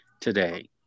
today